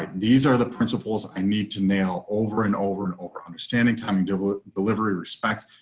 ah these are the principles i need to nail over and over and over. understanding timing devil delivery respects.